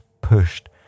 pushed